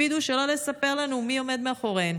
הקפידו שלא לספר לנו מי עומד מאחוריהן.